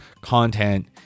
content